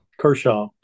Kershaw